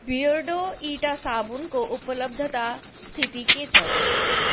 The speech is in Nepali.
बियरडु इँटा साबुनको उपलब्धता स्थिति के छ